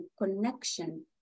connection